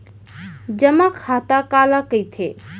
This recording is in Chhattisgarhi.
जेमा खाता काला कहिथे?